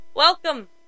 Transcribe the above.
Welcome